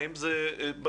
האם זה בשטח,